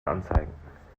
anzeigen